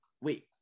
wait